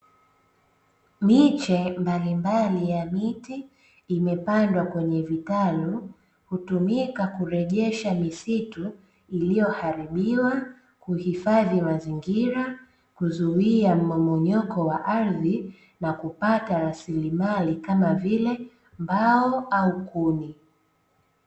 Miche mbalimbali ya miti imepandwa kwenye vitalu kutumika kurejesha misitu iliyoharibiwa, kuhifadhi mazingira, kuzuia mmomonyoko wa ardhi, na kupata rasilimali kama vile mbao au kuni.